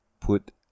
put